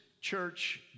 church